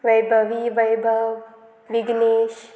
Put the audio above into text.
Vaibhavi Vaibhav Vignesh